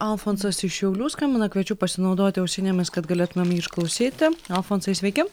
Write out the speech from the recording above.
alfonsas iš šiaulių skambina kviečiu pasinaudoti ausinėmis kad galėtumėm jį išklausyti alfonsai sveiki